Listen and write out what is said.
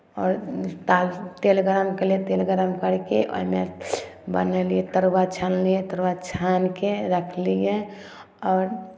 आओर ताल तेल गरम केलियै तेल गरम करि कऽ ओहिमे बनेलियै तरुआ छनलियै तरुआ छानि कऽ रखलियै आओर